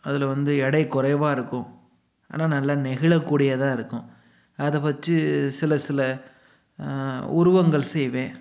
அதில் வந்து இடை கொறைவாக இருக்கும் ஆனால் நல்ல நெகிழ கூடியதாக இருக்கும் அதை வச்சு சில சில உருவங்கள் செய்வேன்